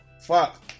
fuck